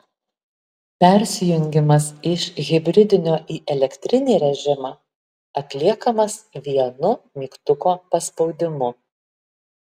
persijungimas iš hibridinio į elektrinį režimą atliekamas vienu mygtuko paspaudimu